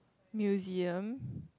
museum